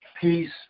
peace